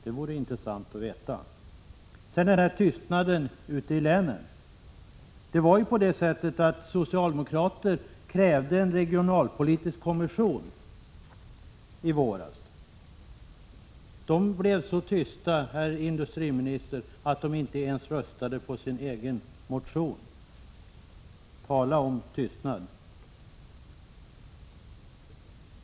Detta vore intressant att få veta. Sedan till detta med tystnaden ute i länen. Socialdemokrater krävde ju i våras en regionalpolitisk kommission. De blev så tysta, herr industriminister, att de inte ens röstade för sin egen motion. Tala om tystnad!